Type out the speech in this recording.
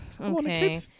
Okay